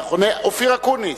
אופיר אקוניס,